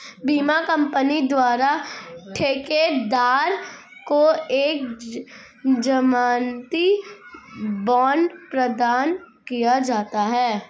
बीमा कंपनी द्वारा ठेकेदार को एक जमानती बांड प्रदान किया जाता है